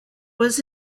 was